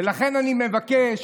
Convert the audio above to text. ולכן אני מבקש,